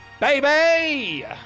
baby